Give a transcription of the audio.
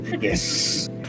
Yes